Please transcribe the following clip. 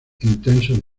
intensos